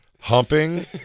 humping